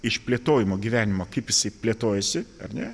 išplėtojimo gyvenimo kaip jisai plėtojasi ar ne